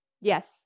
Yes